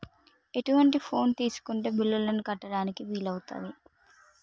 ఎటువంటి ఫోన్ తీసుకుంటే బిల్లులను కట్టడానికి వీలవుతది?